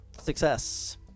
success